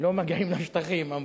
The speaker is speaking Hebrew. לא מגיעים לשטחים, אמרו.